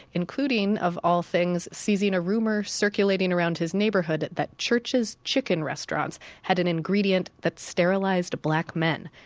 including, of all things, seizing a rumor circulating around his neighborhood that church's chicken restaurants had an ingredient that sterilized black men.